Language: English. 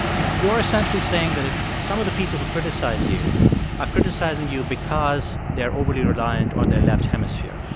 you're essentially saying that ah some of the people who criticize you are criticizing you because they're overly reliant on their left hemisphere.